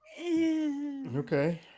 okay